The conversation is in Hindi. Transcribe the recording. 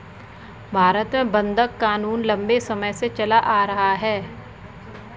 भारत में बंधक क़ानून लम्बे समय से चला आ रहा है